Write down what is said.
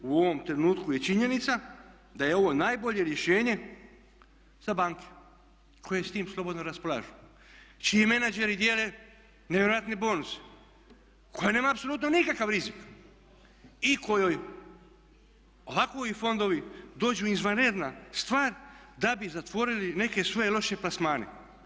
U ovom trenutku je činjenica da je ovo najbolje rješenje za banke koje s tim slobodno raspolažu, čiji menadžeri dijele nevjerojatne bonuse, koja nema apsolutno nikakav rizik i kojoj ovakvi fondovi dođu izvanredna stvar da bi zatvorili neke svoje loše plasmane.